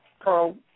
pro